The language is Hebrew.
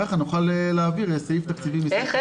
כך נוכל להעביר --- איך?